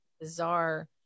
bizarre